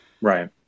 right